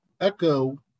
Echo